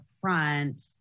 front